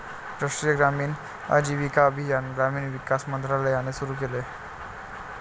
राष्ट्रीय ग्रामीण आजीविका अभियान ग्रामीण विकास मंत्रालयाने सुरू केले